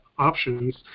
options